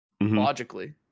Logically